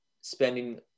spending